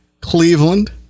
Cleveland